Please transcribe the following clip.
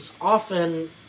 often